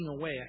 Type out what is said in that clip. away